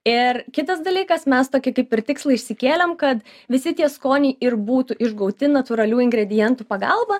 ir kitas dalykas mes tokį kaip ir tikslą išsikėlėm kad visi tie skoniai ir būtų išgauti natūralių ingredientų pagalba